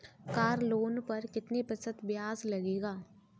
Car loan पर कितने प्रतिशत ब्याज लगेगा?